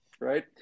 right